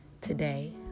Today